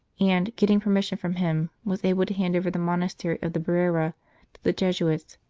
and, getting permission from him, was able to hand over the monastery of the brera to the jesuits,